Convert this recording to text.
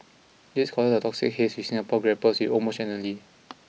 this causes the toxic haze which Singapore grapples with almost annually